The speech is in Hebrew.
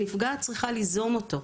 הנפגעת צריכה ליזום אותו.